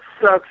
sucks